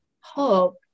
hope